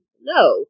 no